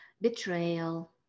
Betrayal